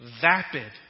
Vapid